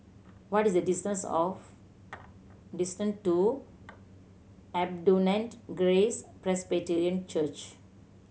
what is the distance of distance to Abundant Grace Presbyterian Church